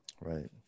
Right